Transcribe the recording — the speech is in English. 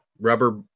Rubber